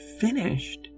finished